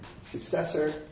successor